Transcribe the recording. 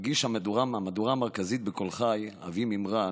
מגיש המהדורה המרכזית בקול חי, אבי מימרן,